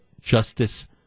Justice